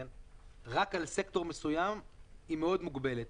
רק על סקטור מסוים היא מאוד מוגבלת.